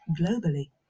globally